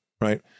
right